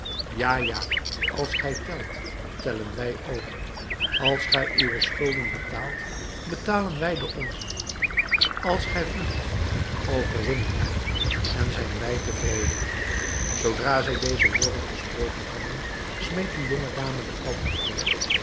ja ja als gij telt tellen wij ook als gij uwe schulden betaalt betalen wij de onzen als gij vlugt overwinnen wij en zijn wij tevreden zoodra zij deze woorden gesproken hadden smeet de jonge dame de pan omver